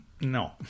no